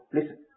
Listen